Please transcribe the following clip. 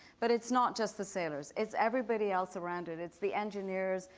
but it's not just the sailors, it's everybody else around it. it's the engineers,